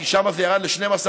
כי שם זה ירד ל-12%,